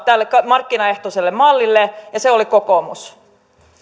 tälle markkinaehtoiselle mallille ja se oli kokoomus